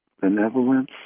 benevolence